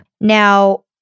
now